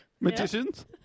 Magicians